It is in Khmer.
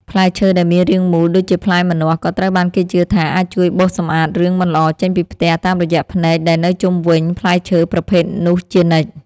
ផ្លែឈើដែលមានរាងមូលដូចជាផ្លែម្នាស់ក៏ត្រូវបានគេជឿថាអាចជួយបោសសម្អាតរឿងមិនល្អចេញពីផ្ទះតាមរយៈភ្នែកដែលនៅជុំវិញផ្លែឈើប្រភេទនោះជានិច្ច។